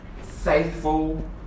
faithful